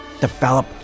develop